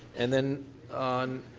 and then on